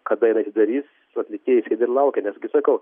kada jinai atidarys su atlikėjais jie laukia nes gi sakau